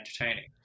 entertaining